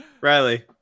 Riley